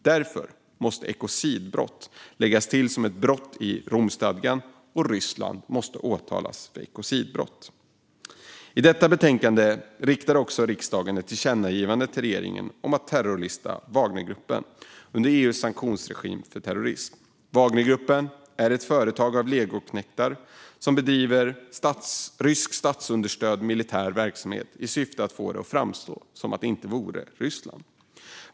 Därför måste ekocid läggas till som brott i Romstadgan och Ryssland åtalas för ekocidbrott. I detta betänkande föreslår riksdagen ett tillkännagivande till regeringen om att terrorlista Wagnergruppen under EU:s sanktionsregim för terrorism. Wagnergruppen är ett företag av legoknektar som bedriver rysk statsunderstödd militär verksamhet i syfte att få det att framstå som om Ryssland inte vore ansvarigt.